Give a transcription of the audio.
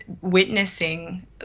witnessing